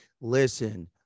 Listen